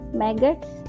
maggots